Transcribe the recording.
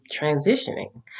transitioning